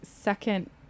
second